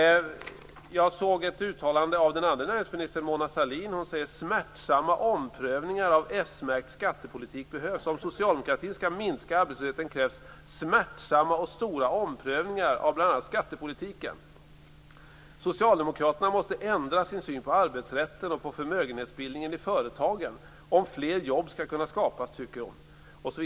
Jag såg ett uttalande av den andra näringsministern, Mona Sahlin. Hon säger att smärtsamma omprövningar av s-märkt skattepolitik behövs. Om socialdemokratin skall minska arbetslösheten krävs smärtsamma och stora omprövningar av bl.a. skattepolitiken. Socialdemokraterna måste ändra sin syn på arbetsrätten och på förmögenhetsbildningen i företagen om fler jobb skall kunna skapas, tycker hon.